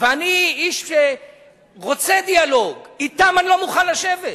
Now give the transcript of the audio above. ואני איש שרוצה דיאלוג, אתם אני לא מוכן לשבת.